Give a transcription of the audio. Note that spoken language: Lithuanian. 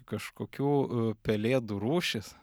kažkokių pelėdų rūšis